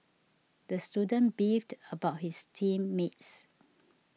the student beefed about his team mates